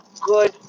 good